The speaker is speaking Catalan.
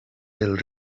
del